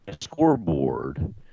scoreboard